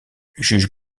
juge